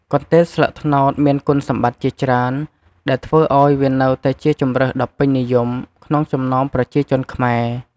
កន្ទេលស្លឹកត្នោតមានគុណសម្បត្តិជាច្រើន ដែលធ្វើឲ្យវានៅតែជាជម្រើសដ៏ពេញនិយមក្នុងចំណោមប្រជាជនខ្មែរ។